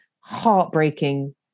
heartbreaking